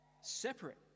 separate